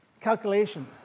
calculation